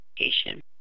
education